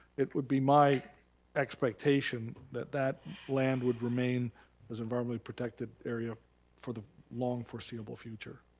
it would be my expectation that that land would remain as environmentally protected area for the long foreseeable future.